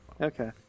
okay